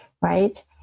right